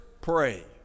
pray